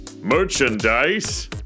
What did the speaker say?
Merchandise